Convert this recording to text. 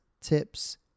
tips